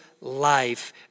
life